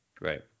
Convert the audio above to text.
Right